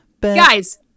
guys